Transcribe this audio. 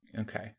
Okay